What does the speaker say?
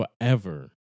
forever